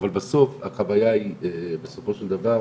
אבל בסוף החוויה היא בסופו של דבר,